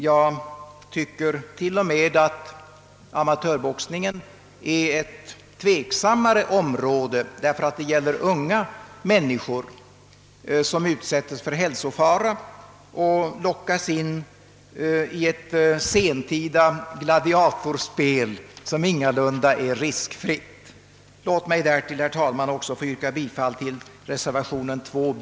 Jag tycker att amatörboxningen till och med är ännu tveksammare, eftersom det här är unga människor som utsätts för hälsofara och lockas in i detta sentida gladiatorspel som ingalunda är riskfritt. Låt mig därtill, herr talman, även få yrka bifall till reservationen 2 b.